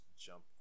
jump